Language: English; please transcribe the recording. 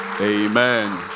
Amen